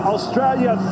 Australia